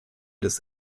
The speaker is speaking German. des